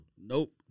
Nope